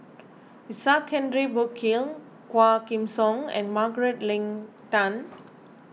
Isaac Henry Burkill Quah Kim Song and Margaret Leng Tan